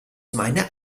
meine